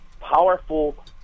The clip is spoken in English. powerful